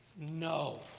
no